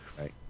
Right